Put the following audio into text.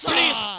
Please